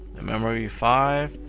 the memory, five,